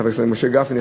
חבר הכנסת משה גפני,